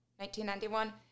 1991